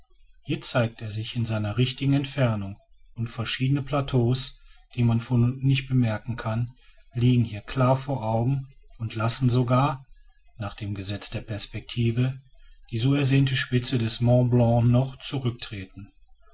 hier zeigt er sich in seiner richtigen entfernung und verschiedene plateaux die man von unten nicht bemerken kann liegen hier klar vor augen und lassen sogar nach den gesetzen der perspective die so ersehnte spitze des mont blanc noch zurück